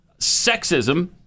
Sexism